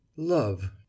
Love